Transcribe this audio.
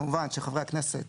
כמובן שחברי הכנסת